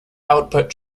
output